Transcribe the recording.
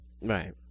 Right